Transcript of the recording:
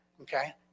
Okay